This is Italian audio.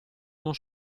non